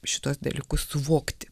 šituos dalykus suvokti